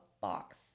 box